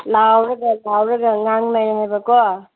ꯂꯥꯎꯔꯒ ꯂꯥꯎꯔꯒ ꯉꯥꯡꯅꯩ ꯍꯥꯏꯕꯀꯣ